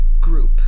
group